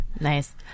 Nice